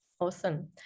Awesome